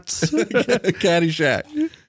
Caddyshack